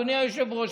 אדוני היושב-ראש,